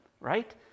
right